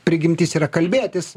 prigimtis yra kalbėtis